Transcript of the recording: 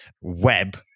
web